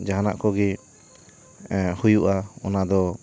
ᱡᱟᱦᱟᱱᱟᱜ ᱠᱚᱜᱤ ᱦᱩᱭᱩᱜᱼᱟ ᱚᱱᱟ ᱫᱚ